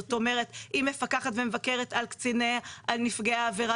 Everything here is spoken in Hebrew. זאת אומרת היא מפקחת ומבקרת על קציני נפגעי עבירה